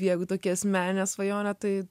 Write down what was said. jeigu tokia asmeninė svajonė tai